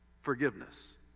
forgiveness